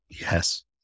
Yes